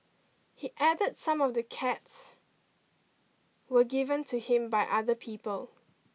he added some of the cats were given to him by other people